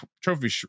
Trophy